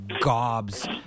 gobs